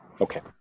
Okay